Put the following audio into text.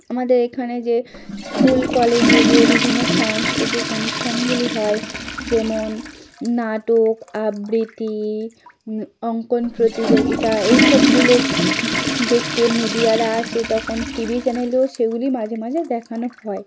আমাদের এখানে যে স্কুল কলেজে যে বিভিন্ন সংস্কৃতিক অনুষ্ঠানগুলি হয় যেমন নাটক আবৃত্তি অঙ্কন প্রতিযোগিতা এইসবগুলো দেখতে মিডিয়ারা আসে তখন টিভি চ্যানেলেও সেগুলি মাঝে মাঝে দেখানো হয়